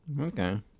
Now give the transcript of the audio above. Okay